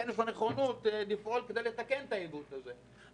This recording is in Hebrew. יש לו נכונות לפעול כדי לתקן את העיוות הזה.